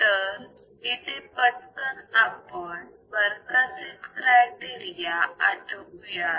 तर इथे आपण पटकन बरखासेन क्रायटेरिया आठवूयात